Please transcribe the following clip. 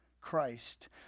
Christ